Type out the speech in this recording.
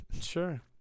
Sure